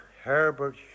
Herbert